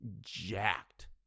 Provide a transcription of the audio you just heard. jacked